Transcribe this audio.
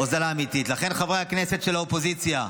לכן, חברי הכנסת של האופוזיציה,